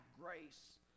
grace